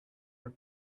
were